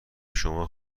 شما